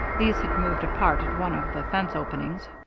these had moved apart at one of the fence openings,